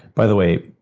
by the way